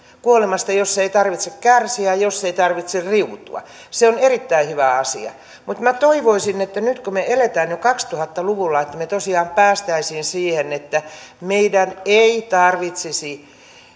kuolemasta jossa ei tarvitse kärsiä jossa ei tarvitse riutua se on erittäin hyvä asia mutta minä toivoisin että nyt kun me elämme jo kaksituhatta luvulla niin me tosiaan pääsisimme siihen siihen että meidän ei tarvitsisi